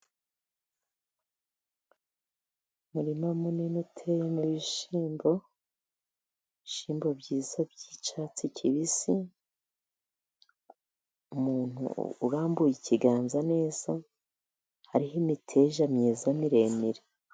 Umurima munini uteyemo ibishyimbo. Ibishyimbo byiza by'icyatsi kibisi ,umuntu urambuye ikiganza neza hariho imiteja myiza miremire.